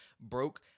broke